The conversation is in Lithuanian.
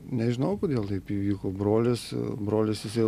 nežinau kodėl taip įvyko brolis brolis jisai